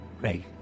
Great